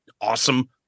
awesome